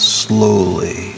slowly